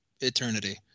eternity